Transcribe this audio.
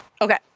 okay